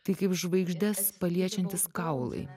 tai kaip žvaigždes paliečiantys kaulai